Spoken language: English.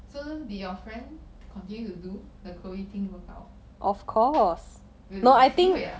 so did your friend continue to do the Chloe Ting workout really Li Hui ah